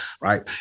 right